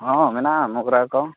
ᱦᱮᱸ ᱢᱮᱱᱟᱜᱼᱟ ᱢᱳᱜᱽᱨᱟᱭ ᱠᱚ